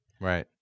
right